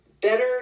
better